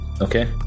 okay